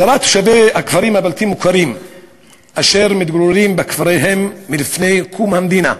הדרת תושבי הכפרים הבלתי-מוכרים אשר מתגוררים בכפריהם מלפני קום המדינה,